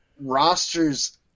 rosters